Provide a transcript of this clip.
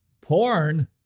Porn